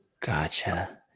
Gotcha